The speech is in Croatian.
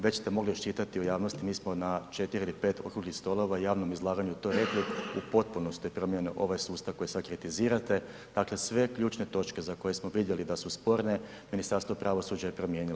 Već ste mogli iščitati u javnosti, mi smo na 4 ili 5 okruglih stolova javnom izlaganju to rekli, u potpunosti promjene ovaj sustav koji sad kritizirate, dakle sve ključne točke za koje smo vidjeli da su sporne, Ministarstvo pravosuđa je promijenilo.